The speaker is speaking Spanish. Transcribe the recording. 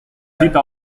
cita